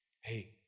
Hey